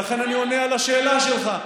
ולכן אני עונה לשאלה שלך,